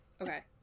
okay